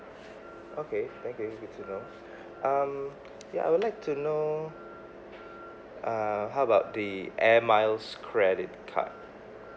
okay thank you good to know um ya I would like to know uh how about the air miles credit card